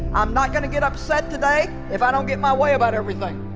i'm not going to get upset today if i don't get my way about everything